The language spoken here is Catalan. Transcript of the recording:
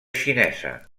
xinesa